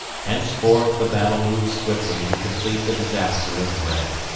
henceforth the battle moves swiftly to complete the disaster of red.